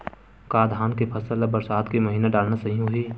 का धान के फसल ल बरसात के महिना डालना सही होही?